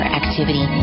activity